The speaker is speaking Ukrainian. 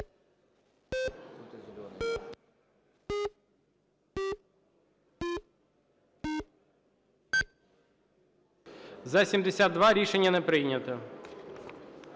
За-80 Рішення не прийнято.